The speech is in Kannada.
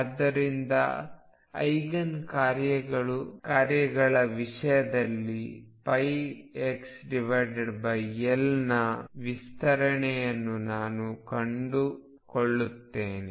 ಆದ್ದರಿಂದ ಐಗನ್ ಕಾರ್ಯಗಳ ವಿಷಯದಲ್ಲಿ πxL ನ ವಿಸ್ತರಣೆಯನ್ನು ನಾನು ಕಂಡುಕೊಳ್ಳುತ್ತೇನೆ